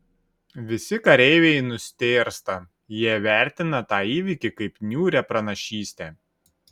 visi kareiviai nustėrsta jie vertina tą įvykį kaip niūrią pranašystę